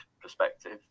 perspective